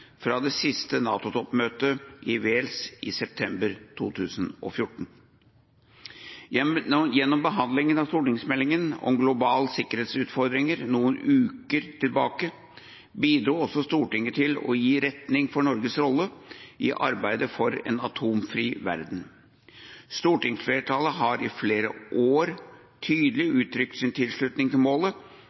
fra det siste NATO-toppmøtet i Wales, i september 2014. Gjennom behandlingen av stortingsmeldingen om globale sikkerhetsutfordringer noen uker tilbake bidro også Stortinget til å gi retning for Norges rolle i arbeidet for en atomfri verden. Stortingsflertallet har i flere år tydelig uttrykt sin tilslutning til målet